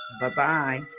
Bye-bye